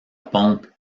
pompe